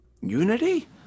Unity